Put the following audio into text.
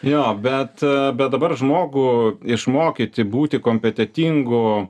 jo bet bet dabar žmogų išmokyti būti kompetentingu